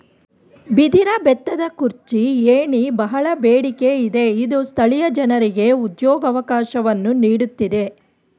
ಬಿದಿರ ಬೆತ್ತದ ಕುರ್ಚಿ, ಏಣಿ, ಬಹಳ ಬೇಡಿಕೆ ಇದೆ ಇದು ಸ್ಥಳೀಯ ಜನರಿಗೆ ಉದ್ಯೋಗವಕಾಶವನ್ನು ನೀಡುತ್ತಿದೆ